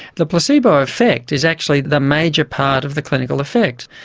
the placebo effect is actually the major part of the clinical effect.